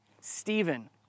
Stephen